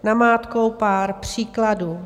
Namátkou pár příkladů.